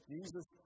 Jesus